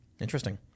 Interesting